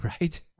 Right